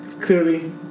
Clearly